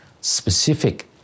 specific